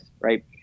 right